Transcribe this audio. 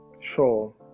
Sure